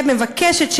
מבקשת,